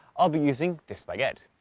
i'll be using this baguette.